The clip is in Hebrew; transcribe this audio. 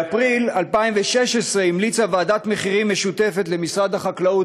באפריל 2016 המליצה ועדת מחירים משותפת למשרדי החקלאות